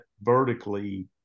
vertically